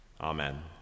Amen